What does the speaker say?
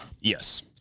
Yes